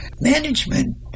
management